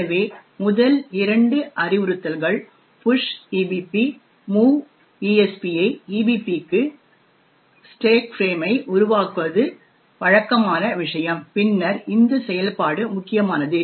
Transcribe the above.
எனவே முதல் இரண்டு அறிவுறுத்தல்கள் புஷ் EBP மூவ் ESPயை EBPக்கு ஸ்டேக் ஃபிரேமை உருவாக்குவது வழக்கமான விஷயம் பின்னர் இந்த செயல்பாடு முக்கியமானது